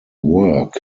work